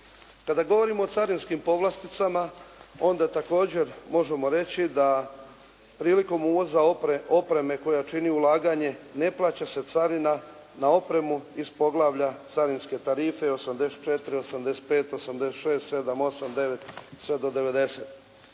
Kada govorimo o carinskim povlasticama onda također možemo reći da prilikom uvoza opreme koja čini ulaganje ne plaća se carina na opremu iz poglavlja Carinske tarife 84., 85., 86., 87., 88., 89., sve do 90.